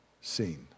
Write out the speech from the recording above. seen